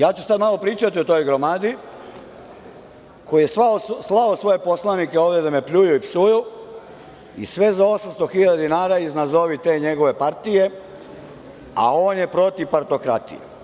Sada ću malo pričati o toj gromadi, koji je slao svoje poslanike ovde da me pljuju i psuju i sve za 800.000 dinara iz nazovi te njegove partije, a on je protiv partokratije.